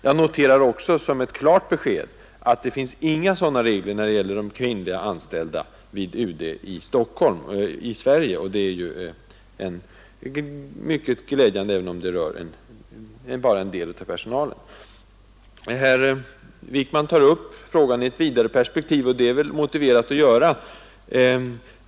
Jag noterar också som ett klart besked att det inte finns några motsvarande regler när det gäller de kvinnliga anställda vid UD i Sverige, och det är glädjande, även om det bara gäller en del av personalen. Herr Wickman tar upp frågan i ett vidare perspektiv, och det är väl motiverat att göra.